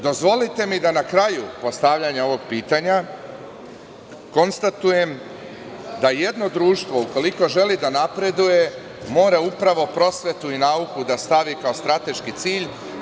Dozvolite mi da na kraju postavljanja ovog pitanja konstatujem da jedno društvo ukoliko želi da napreduje, upravo mora prosvetu i nauku da stavi kao strateški cilj.